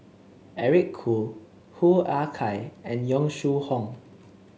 Eric Khoo Hoo Ah Kay and Yong Shu Hoong